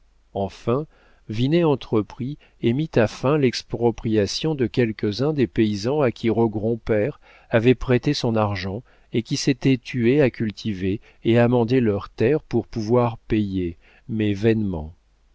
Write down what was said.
enfin vinet entreprit et mit à fin l'expropriation de quelques-uns des paysans à qui rogron père avait prêté son argent et qui s'étaient tués à cultiver et amender leurs terres pour pouvoir payer mais vainement